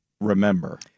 remember